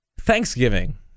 Thanksgiving